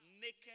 naked